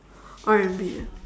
R&B ah